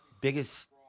biggest